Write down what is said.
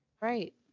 Right